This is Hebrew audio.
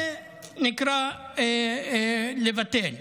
זה נקרא לבטל.